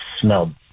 smelled